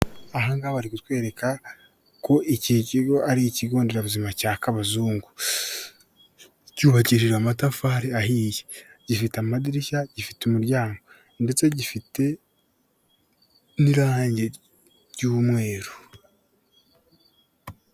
Aha ngaha bari kutwereka ko iki kigo ari ikigo nderabuzima cya Kabazungu. Cyubakishije amatafari ahiye, gifite amadirishya, gifite umuryango ndetse gifite n'irange ry'umweru.